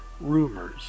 rumors